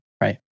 Right